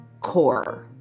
core